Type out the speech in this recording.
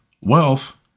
wealth